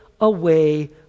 away